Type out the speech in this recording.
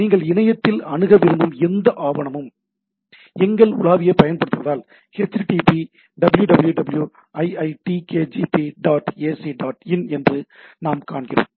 நீங்கள் இணையத்தில் அணுக விரும்பும் எந்த ஆவணமும் எங்கள் உலாவியைப் பயன்படுத்துவதால் "http www iitkgp dot ac dot in" என்று நாம் காண்கிறோம்